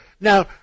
Now